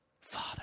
father